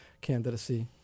candidacy